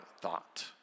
thought